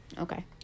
Okay